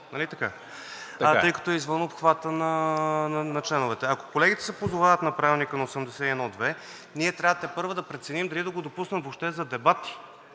ГАДЖЕВ: Тъй като е извън обхвата на членовете. Ако колегите се позовават на Правилника на чл. 81, ал. 2, ние трябва тепърва да преценим дали да го допуснем въобще за дебати,